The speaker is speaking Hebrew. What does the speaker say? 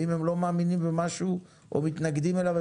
ואם הם לא מאמינים במשהו או מתנגדים לו,